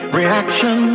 reaction